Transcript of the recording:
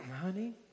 honey